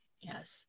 Yes